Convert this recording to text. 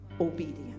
obedience